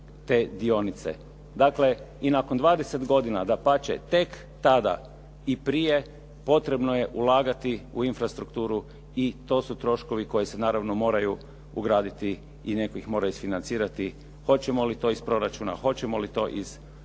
te dionice. Dakle i nakon 20 godina dapače, tek tada i prije potrebno je ulagati u infrastrukturu i to su troškovi koji se naravno moraju ugraditi i netko ih mora isfinancirati. Hoćemo li to iz proračuna, hoćemo li to iz zaduženja,